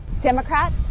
Democrats